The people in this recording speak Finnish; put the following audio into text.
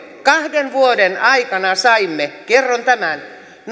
kahden vuoden aikana saimme kerron tämän